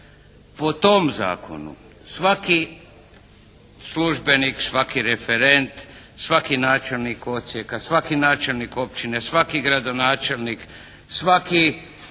Po tom zakonu svaki službenik, svaki referent, svaki načelnik odsjeka, svaki načelnik općine, svaki gradonačelnik, svaki